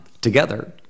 together